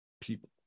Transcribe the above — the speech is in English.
people